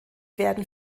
werden